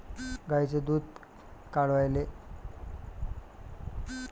गायीचं दुध वाढवायले तिले काय खाऊ घालू?